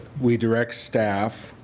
we direct staff